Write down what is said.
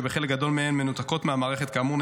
שחלק גדול מהם מנותק מהמערכת כאמור,